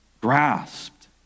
grasped